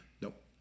Nope